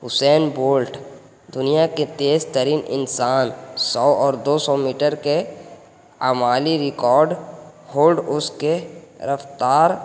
Usain Bolt دنیا کے تیز ترین انسان سو اور دو سو میٹر کے عالمی ریکارڈ ہولڈ اس کے رفتار